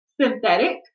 synthetic